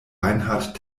reinhard